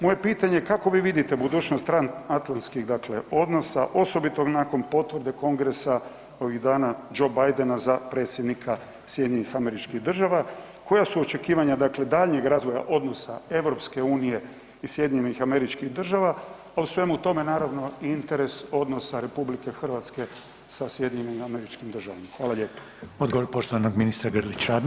Moje pitanje je, kako vi vidite budućnost transatlantskih dakle odnosa osobito nakon potvrde kongresa ovih dana Joe Bidena za predsjednika SAD-a, koja su očekivanja dakle daljnjeg razvoja odnosa EU i SAD-a, pa u svemu tome naravno i interes odnosa RH sa SAD-om?